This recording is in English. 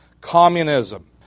communism